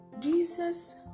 Jesus